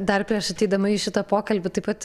dar prieš ateidama į šitą pokalbį taip pat